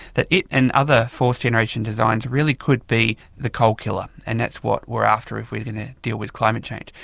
that it and other fourth-generation designs really could be the coal killer, and that's what we're after if we are going to deal with climate change.